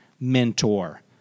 mentor